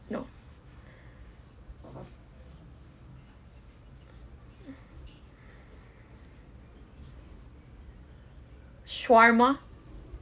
no shawarma